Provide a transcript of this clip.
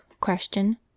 Question